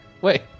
Wait